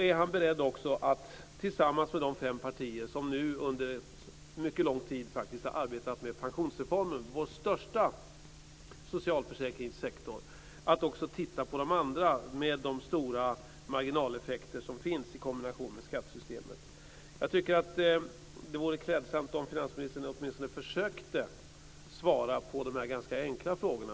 Är han beredd att tillsammans med de fem partier som nu under en mycket lång tid har arbetat med pensionsreformen, vår största socialförsäkringssektor, också titta på de andra, med de stora marginaleffekter som finns i kombination med skattesystemet? Jag tycker att det vore klädsamt om finansministern åtminstone försökte svara på de här ganska enkla frågorna.